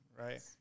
right